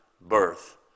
birth